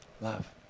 love